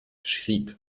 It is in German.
schrieb